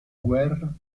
guerra